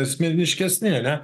asmeniškesni ane